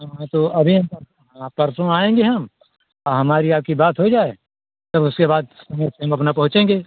अभी हम परसों आएंगे हम आप हमारी आपकी बात हो जाए तब उसके बाद समय से हम अपना पहुँचेंगे